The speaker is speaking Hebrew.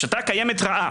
השיטה הקיימת רעה.